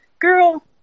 Girl